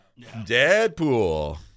Deadpool